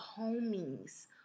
homies